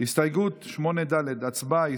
הסתייגות 8 ד' הצבעה.